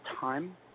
time